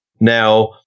now